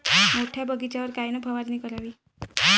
मोठ्या बगीचावर कायन फवारनी करावी?